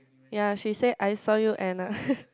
ya she say I saw you Anna